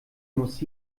muss